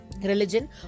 Religion